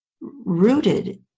rooted